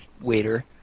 waiter